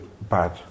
bad